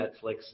Netflix